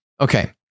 Okay